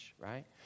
right